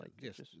Yes